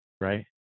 right